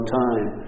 time